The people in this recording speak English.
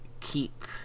keep